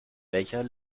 welcher